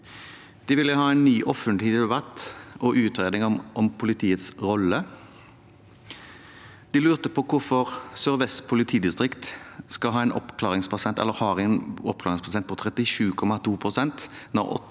De vil ha en ny offentlig debatt og utredninger om politiets rolle. De lurte på hvorfor Sør-Vest politidistrikt har en oppklaringsprosent på 37,2 pst. når